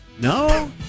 No